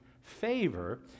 favor